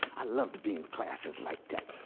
i love to be in classes like that.